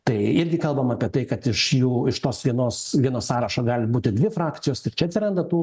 tai irgi kalbam apie tai kad iš jų iš tos vienos vieno sąrašo gali būti dvi frakcijos ir čia atsiranda tų